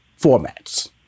formats